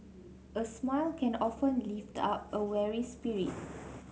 a smile can often lift up a weary spirit